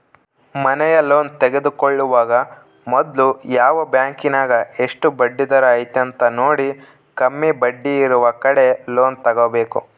ಮನೆಯ ಲೋನ್ ತೆಗೆದುಕೊಳ್ಳುವಾಗ ಮೊದ್ಲು ಯಾವ ಬ್ಯಾಂಕಿನಗ ಎಷ್ಟು ಬಡ್ಡಿದರ ಐತೆಂತ ನೋಡಿ, ಕಮ್ಮಿ ಬಡ್ಡಿಯಿರುವ ಕಡೆ ಲೋನ್ ತಗೊಬೇಕು